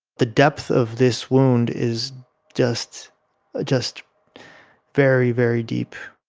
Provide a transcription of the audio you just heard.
the depth of this wound is just just very, very, deep